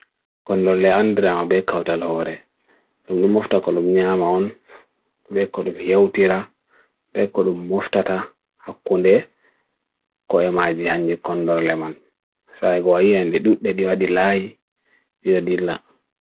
kondole andre wa bakehout ala ware lumuofta kalu binyama on bakehout bhiya utira bakehout muoftata hak konde ko mg handi kondole man saye goa iya ndi dudde dde wa dila hi dde wa dila